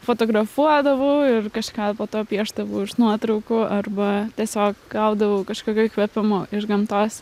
fotografuodavau ir kažką po to piešdavau iš nuotraukų arba tiesiog gaudavau kažkokio įkvėpimo iš gamtos